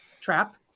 trap